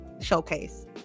showcase